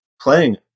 playing